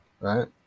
right